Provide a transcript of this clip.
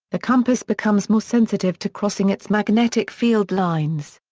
the compass becomes more sensitive to crossing its magnetic field lines.